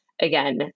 again